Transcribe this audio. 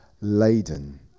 laden